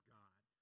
god